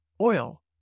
oil